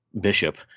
Bishop